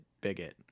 bigot